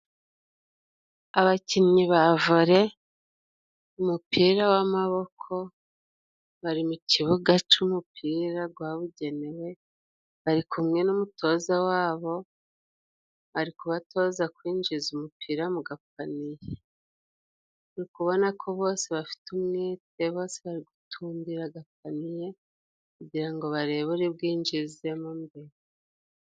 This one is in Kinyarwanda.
Abakinnyi ba vore, umupira w'amaboko, bari mu kibuga c'umupira gwabugenewe, bari kumwe n'umutoza wabo, ari kubatoza kwinjiza umupira mu gapaniye. Uri kubona ko bose bafite umwete, bose bari gutumbira agapaniye kugira ngo barebe uri bwinjizemo mbere.